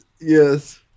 Yes